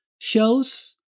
shows